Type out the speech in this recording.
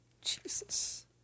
Jesus